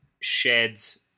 sheds